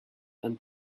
and